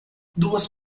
duas